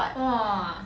!wah!